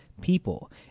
people